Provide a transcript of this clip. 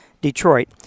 detroit